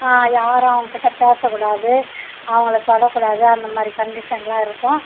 யாரும் அவங்க கிட்டே பேசக்கூடாது அவங்கள தொடக்கூடாது அந்த மாதிரி கண்டிஷனெலாம் இருக்கும்